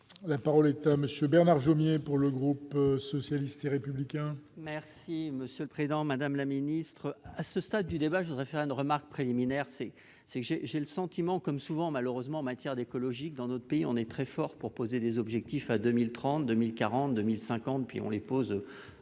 la parole est à monsieur Bernard Jomier pour le groupe socialiste et républicain. Merci monsieur le Président, Madame la ministre, à ce stade du débat, je voudrais faire une remarque préliminaire, c'est ce que j'ai, j'ai le sentiment comme souvent malheureusement en matière d'écologie que dans notre pays, on est très fort pour poser des objectifs à 2030 2040 2050, puis on les pose